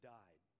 died